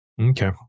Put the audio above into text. Okay